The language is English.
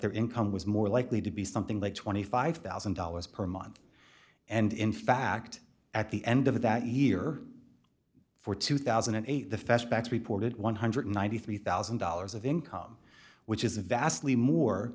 their income was more likely to be something like twenty five thousand dollars per month and in fact at the end of that year for two thousand and eight the feste backs reported one hundred and ninety three thousand dollars of income which is vastly more